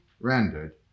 rendered